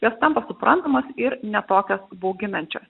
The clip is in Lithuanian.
jos tampa suprantamos ir ne tokios bauginančios